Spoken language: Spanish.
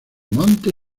monte